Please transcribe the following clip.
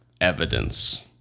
evidence